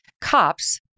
cops